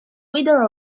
wither